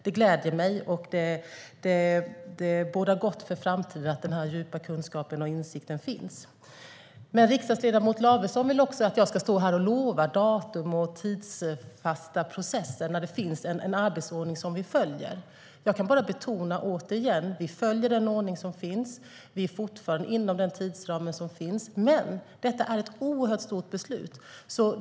Det gläder mig, och det bådar gott för framtiden att den här djupa kunskapen och insikten finns. Men riksdagsledamot Lavesson vill också att jag ska stå här och lova datum och tidsfasta processer när det finns en arbetsordning som vi följer. Jag kan bara återigen betona: Vi följer den ordning som finns. Vi är fortfarande inom den tidsram som finns, men detta är ett oerhört stort beslut.